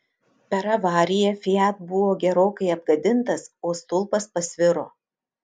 per avariją fiat buvo gerokai apgadintas o stulpas pasviro